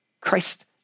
Christ